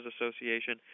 Association